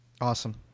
Awesome